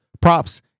props